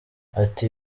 ati